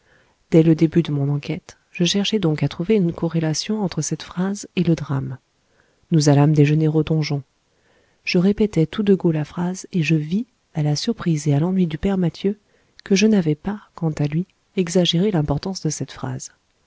dès le début de mon enquête je cherchai donc à trouver une corrélation entre cette phrase et le drame nous allâmes déjeuner au donjon je répétai tout de go la phrase et je vis à la surprise et à l'ennui du père mathieu que je n'avais pas quant à lui exagéré l'importance de cette phrase